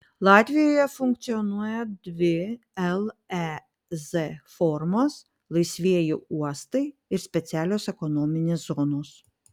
latvijoje funkcionuoja dvi lez formos laisvieji uostai ir specialios ekonominės zonos